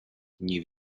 nie